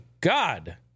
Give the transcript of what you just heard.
God